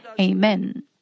Amen